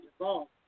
involved